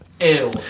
Ew